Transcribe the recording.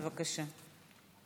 בבקשה.